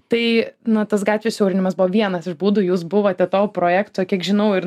tai na tas gatvių siaurinimas buvo vienas iš būdų jūs buvote to projekto kiek žinau ir